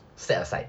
set aside